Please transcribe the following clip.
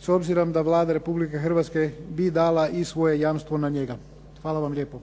s obzirom da Vlada Republike Hrvatske bi dala i svoje jamstvo na njega. Hvala vam lijepo.